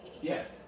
Yes